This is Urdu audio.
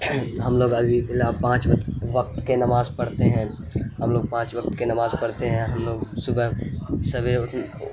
ہم لوگ ابھی فی الحال پانچ وقت کے نماز پڑھتے ہیں ہم لوگ پانچ وقت کی نماز پڑھتے ہیں ہم لوگ صبح سویرے اٹھنے